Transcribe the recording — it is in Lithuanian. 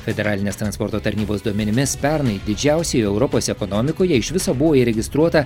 federalinės transporto tarnybos duomenimis pernai didžiausioje europos ekonomikoje iš viso buvo įregistruota